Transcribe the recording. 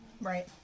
Right